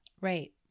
Right